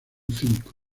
cinco